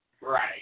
Right